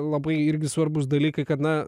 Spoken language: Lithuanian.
labai irgi svarbūs dalykai kad na